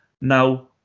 Now